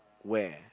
where